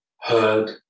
heard